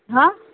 हाँ